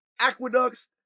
aqueducts